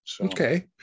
Okay